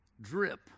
drip